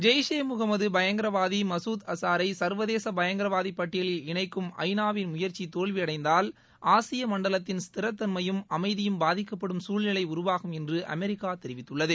ஜெய் ஷே முகமது பயங்கரவாதி மசூத் அசாரை சா்வதேச பயங்கரவாதி பட்டியலில் இணைக்கும் ஐநாவின் முயற்சி தோல்விபடைந்தால் ஆசிய மண்டலத்தின் ஸ்திரத்தன்மையும் அமைதியும் பாதிக்கப்படும் சூழ்நிலை உருவாகும் என்று அமெரிக்கா தெரிவித்துள்ளது